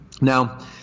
Now